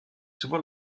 souvent